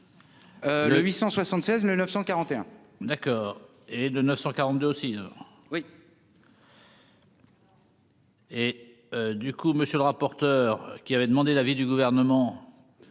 Le 876941. D'accord, et de 942 aussi oui. Et du coup, monsieur le rapporteur, qui avait demandé l'avis du gouvernement,